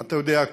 אתה יודע,